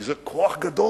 כי זה כוח גדול.